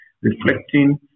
Reflecting